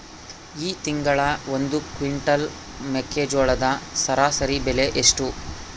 ಈ ತಿಂಗಳ ಒಂದು ಕ್ವಿಂಟಾಲ್ ಮೆಕ್ಕೆಜೋಳದ ಸರಾಸರಿ ಬೆಲೆ ಎಷ್ಟು?